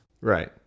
Right